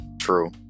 true